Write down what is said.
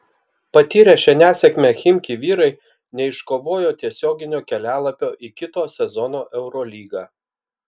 patyrę šią nesėkmę chimki vyrai neiškovojo tiesioginio kelialapio į kito sezono eurolygą